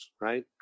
right